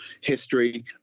history